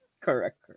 correct